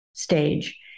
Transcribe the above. stage